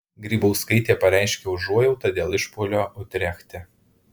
grybauskaitė pareiškė užuojautą dėl išpuolio utrechte